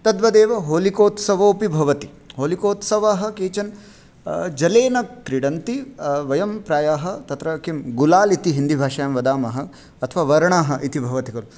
तद्वदेव होलिकोत्सवोऽपि भवति होलिकोत्सवः केचन जलेन क्रीडन्ति वयं प्रायः तत्र किं गुलाल् इति हिन्दीभाषायां वदामः अथवा वर्णः इति भवति खलु